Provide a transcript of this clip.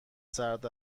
سرد